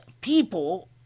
people